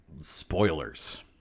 spoilers